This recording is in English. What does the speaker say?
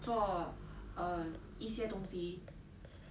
做 um 一些东西